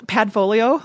Padfolio